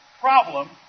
problem